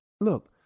Look